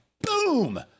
Boom